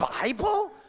Bible